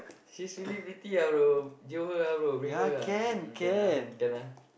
she's really pretty ah bro jio her ah bro bring her ah can ah can ah